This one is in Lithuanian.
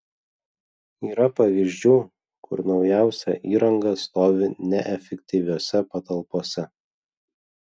yra pavyzdžių kur naujausia įranga stovi neefektyviose patalpose